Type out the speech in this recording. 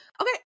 okay